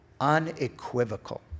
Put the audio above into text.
unequivocal